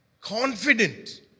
confident